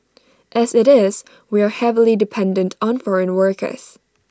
as IT is we are heavily dependent on foreign workers